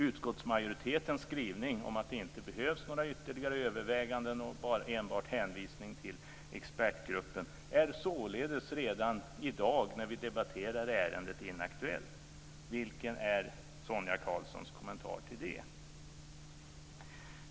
Utskottsmajoritetens skrivning om att det inte behövs några ytterligare överväganden och enbart hänvisning till expertgruppen är således redan i dag när vi debatterar ärendet inaktuellt. Vilken är Sonia Karlssons kommentar till det?